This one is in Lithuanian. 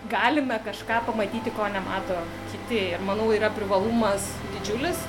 galime kažką pamatyti ko nemato kitiir manau yra privalumas didžiulis